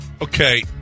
Okay